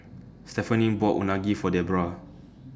Stephaine bought Unagi For Debroah